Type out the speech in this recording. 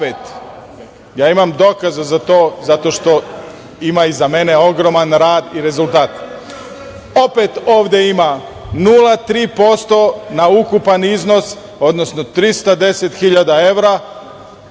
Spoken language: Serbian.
Ja imam dokaze za to, zato što iza mene ima ogroman rad i rezultati. Opet ovde ima 0,3% na ukupan iznos, odnosno 310 hiljada